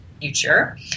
future